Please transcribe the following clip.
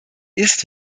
ist